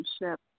relationship